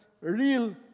real